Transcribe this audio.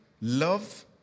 love